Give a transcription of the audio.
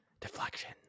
Deflection